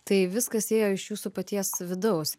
tai viskas ėjo iš jūsų paties vidaus